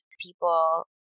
people